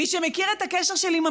מי שמכיר את הקשר שלי,